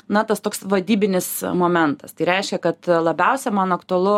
na tas toks vadybinis momentas tai reiškia kad labiausia man aktualu